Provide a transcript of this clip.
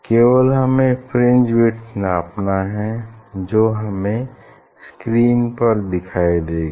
केवल हमें fringe width नापना हैं जो हमें स्क्रीन पर दिखाई देगी